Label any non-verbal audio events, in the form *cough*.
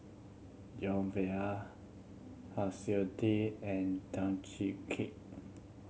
Joan *unintelligible* Siew Tee and Tan Keng Kee